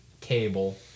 Cable